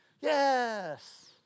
yes